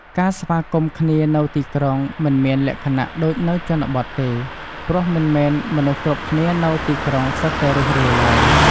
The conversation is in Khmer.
ការស្វាគមន៍គ្នានៅទីក្រុង មិនមានលក្ខណៈដូចនៅជនបទទេ ព្រោះមិនមែនមនុស្សគ្រប់គ្នានៅទីក្រុងសុទ្ធតែរួសរាយឡើយ។